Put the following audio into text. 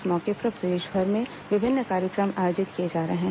इस मौके पर प्रदेशभर में विभिन्न कार्यक्रम आयोजित किए जा रहे हैं